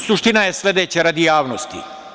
Suština je sledeće, radi javnosti.